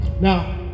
Now